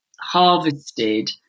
harvested